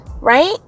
right